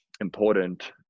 important